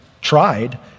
tried